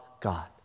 God